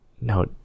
no